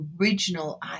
original